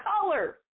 color